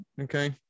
Okay